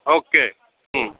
okay